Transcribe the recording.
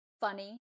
funny